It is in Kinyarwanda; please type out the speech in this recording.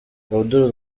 abdul